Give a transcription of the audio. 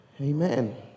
Amen